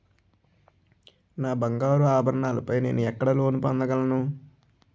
నా బంగారు ఆభరణాలపై నేను ఎక్కడ లోన్ పొందగలను?